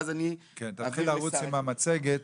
תתחיל לרוץ עם המצגת.